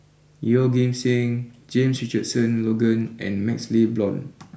Yeoh Ghim Seng James Richardson Logan and MaxLe Blond